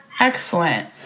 Excellent